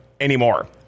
anymore